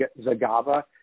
Zagava